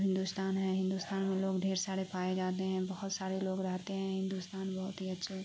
ہندوستان ہے ہندوستان میں لوگ ڈھیر سارے پائے جاتے ہیں بہت سارے لوگ رہتے ہیں ہندوستان بہت ہی اچھے